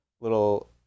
little